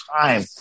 time